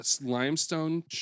limestone